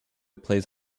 plays